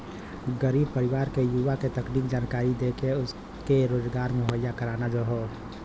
गरीब परिवार के युवा के तकनीकी जानकरी देके उनके रोजगार मुहैया कराना हौ